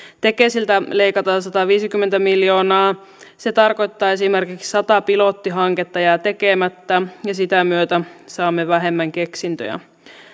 tekesiltä leikataan sataviisikymmentä miljoonaa ja se tarkoittaa esimerkiksi sitä että sata pilottihanketta jää tekemättä ja sitä myötä saamme vähemmän keksintöjä